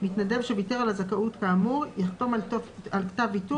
מתנדב שוויתר על הזכאות כאמור יחתום על כתב ויתור